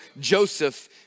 Joseph